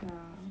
ya